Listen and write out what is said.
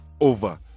over